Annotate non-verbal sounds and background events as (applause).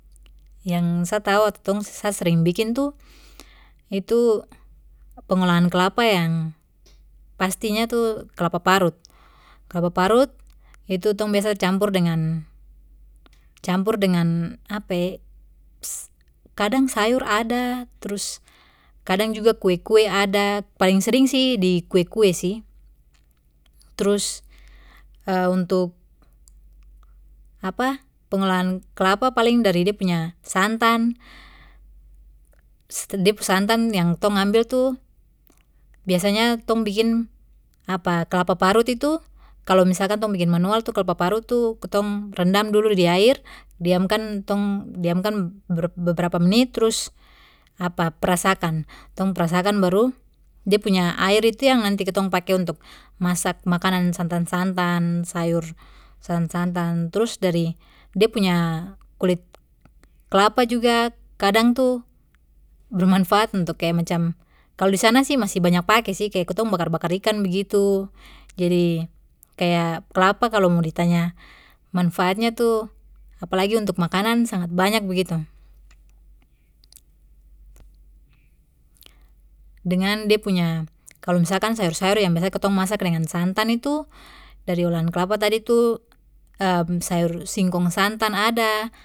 Yang sa tahu ato tong sa sering bikin tu itu pengolahan kelapa yang pastinya tu kelapa parut, kelapa parut itu tong biasa campur dengan campur dengan (hesitation) kadang sayur ada kadang juga kue kue ada paling sering sih di kue kue sih, trus (hesitation) untuk (hesitation) pengolahan kelapa paling dari de punya santan de pu santan yang tong ambil tu biasanya tong bikin (hesitation) kelapa parut itu kalo misalkan tong bikin manual tu kelapa parut tu kitong rendam dulu di air diamkan tong diamkan be-beberapa menit trus (hesitation) peras akan tong peras akan baru de punya air itu yang nanti kitong pake untuk masak makanan santan santan sayur santan santan trus dari de punya kulit kelapa juga kadang tu bermanfaat untuk kaya macam, kalo disana sih masih banyak pake sih kaya kitong bakar bakar ikan begitu jadi kaya kelapa kalo mo ditanya manfaatnya tu apalagi untuk makanan sangat banyak begitu, dengan de punya kalo misalkan sayur sayur yang biasa kitong masak dengan santan itu dari olahan kelapa tadi tu (hesitation) sayur singkong santan ada.